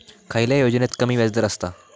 खयल्या योजनेत कमी व्याजदर असता?